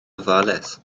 ofalus